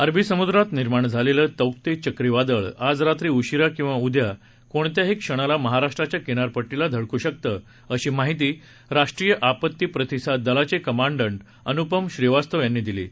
अरबी समुद्रात निर्माण झालेलं तौक्ते चक्रीवादळ आज रात्री उशीरा किंवा उद्या कोणत्याही क्षणाला महाराष्ट्राच्या किनारपट्टीला धडकू शकतं अशी माहिती राष्ट्रीय आपत्ती प्रतिसाद दलाचे कमांडंट अन्पम श्रीवास्तव दिली आहे